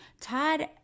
Todd